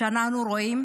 שאנחנו רואים